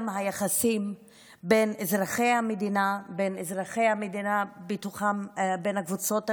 גם ביחסים בין אזרחי המדינה, בין הקבוצות השונות,